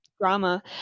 Drama